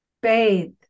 bathe